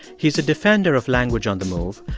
he's a defender of language on the move,